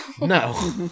No